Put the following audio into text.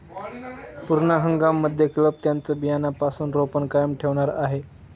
पूर्ण हंगाम मध्ये क्लब त्यांचं बियाण्यापासून रोपण कायम ठेवणार आहे